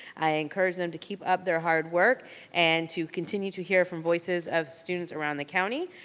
i encourage them to keep up their hard work and to continue to hear from voices of students around the county.